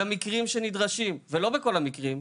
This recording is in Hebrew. במקרים שנדרשים ולא בכל המקרים,